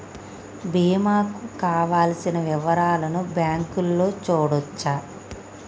బీమా కు కావలసిన వివరాలను బ్యాంకులో చూడొచ్చా?